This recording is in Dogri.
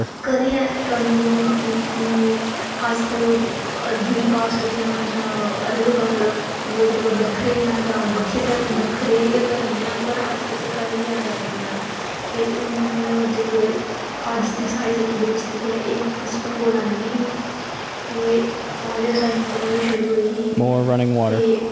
कदें ऐसी कमी निं होन दित्ती कि अस दूई कास्ट दे आं जां अलग का ओह्दे कोला बक्खरे आं जां बक्खे बक्खरे गै धर्म दे आं पर अज्जतक कदें बी ऐसा नेईं होएआ ते हून जेह्ड़े अज्ज दी साढ़ी जेह्की दोस्ती ऐ एह् बचपन कोला नेईं है ही एह् कालेज टाइम कोला गै शुरू होई ही ते